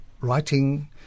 writing